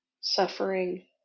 Suffering